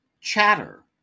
Chatter